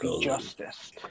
justice